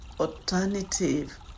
Alternative